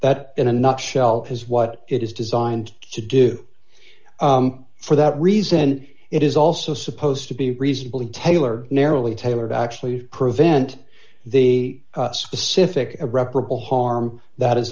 that in a nutshell is what it is designed to do for that reason it is also supposed to be reasonable and tailored narrowly tailored actually prevent the specific irreparable harm that is